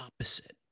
opposite